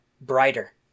brighter